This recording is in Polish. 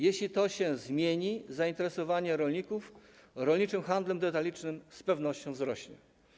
Jeśli to się zmieni, zainteresowanie rolników rolniczym handlem detalicznym z pewnością wzrośnie.